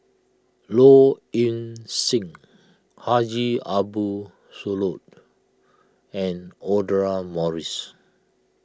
Low Ing Sing Haji Ambo Sooloh and Audra Morrice